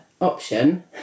option